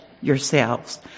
yourselves